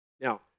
Now